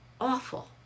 awful